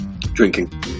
Drinking